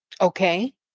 Okay